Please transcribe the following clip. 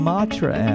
Matra